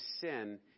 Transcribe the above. sin